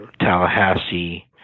Tallahassee